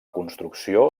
construcció